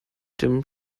dem